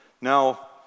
Now